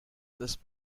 this